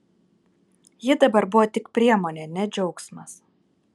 ji dabar buvo tik priemonė ne džiaugsmas